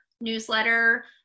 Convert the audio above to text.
newsletter